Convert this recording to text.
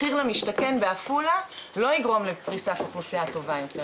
מחיר למשתכן בעפולה לא יגרום לפריסת אוכלוסייה טובה יותר.